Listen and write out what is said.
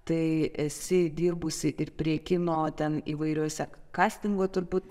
tai esi dirbusi ir prie kino ten įvairiuose kastingo turbūt